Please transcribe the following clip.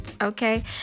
okay